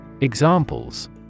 Examples